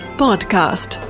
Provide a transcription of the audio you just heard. podcast